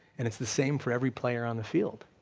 and it's the same for every player on the field.